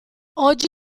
oggi